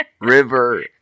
River